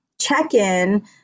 check-in